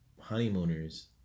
honeymooners